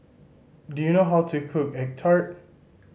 do you know how to cook egg tart